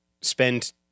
spend